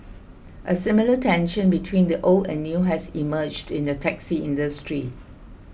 a similar tension between old and new has emerged in the taxi industry